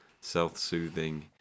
self-soothing